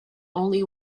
only